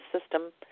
system